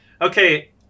Okay